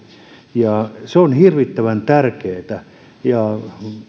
se on hirvittävän tärkeätä